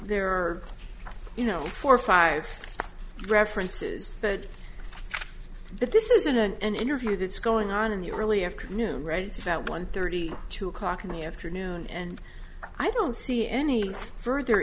there are you know four or five references but that this isn't an interview that's going on in the early afternoon right it's about one thirty two o'clock in the afternoon and i don't see any further